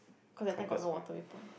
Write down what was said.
cause that time got no Waterway-Point